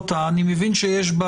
יש בה